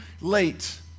late